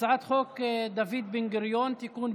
הצעת חוק דוד בן-גוריון (תיקון,